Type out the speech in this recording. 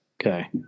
Okay